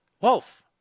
Wolf